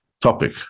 topic